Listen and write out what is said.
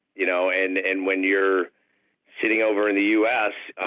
you know and and when you're sitting over in the u s.